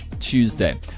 Tuesday